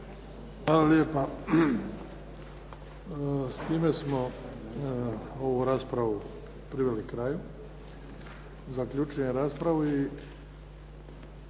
Hvala lijepa. S time smo ovu raspravu priveli kraju. Zaključujem raspravu.